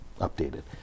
updated